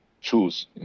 choose